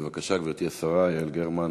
בבקשה, גברתי השרה יעל גרמן,